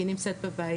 והיא נמצאת בבית.